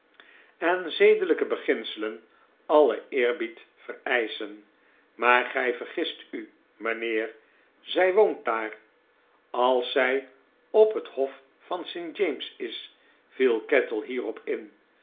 en zedelijke beginselen alien eerbied vereischen maar gij vergist u mijnheer zij woont daar als zij op het hof van st james is viel kettle hierop in